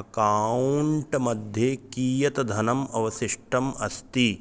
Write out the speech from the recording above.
account मध्ये कियत् धनम् अवशिष्टम् अस्ति